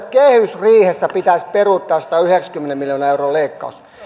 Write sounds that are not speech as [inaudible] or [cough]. [unintelligible] kehysriihessä pitäisi peruuttaa sadanyhdeksänkymmenen miljoonan euron leikkaus